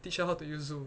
teach her how to use zoom